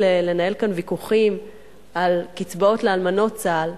לנהל כאן ויכוחים על קצבאות לאלמנות צה"ל,